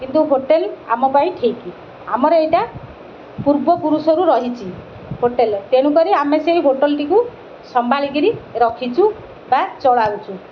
କିନ୍ତୁ ହୋଟେଲ୍ ଆମ ପାଇଁ ଠିକ୍ ଆମର ଏଇଟା ପୂର୍ବପୁରୁଷରୁ ରହିଛି ହୋଟେଲ୍ ତେଣୁକରି ଆମେ ସେଇ ହୋଟେଲ୍ଟିକୁ ସମ୍ଭାଳିକିରି ରଖିଛୁ ବା ଚଳାଉଛୁ